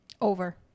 over